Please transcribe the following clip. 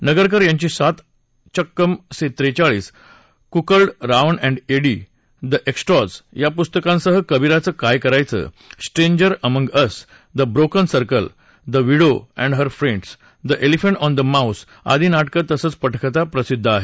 नगरकर यांची Saat Sakkam Trechalis cuckold Ravan and Eddie the extras या पुस्तकांसह कबीराचं काय करायचं stranger among us the broken circle the widow and her friends the elephant on the mouse आदी नाटकं तसंच पटकथा प्रसिद्ध आहेत